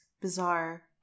bizarre